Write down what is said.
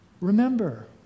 Remember